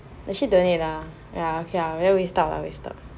actually don't need lah ya okay ah then we stop lah we stop